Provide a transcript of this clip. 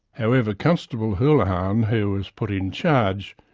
however, constable houlahan, who was put in charge,